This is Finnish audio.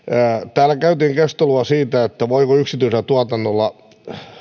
täällä käytiin keskustelua siitä voiko yksityisellä tuotannolla